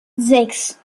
sechs